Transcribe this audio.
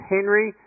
Henry